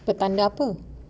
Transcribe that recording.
petanda apa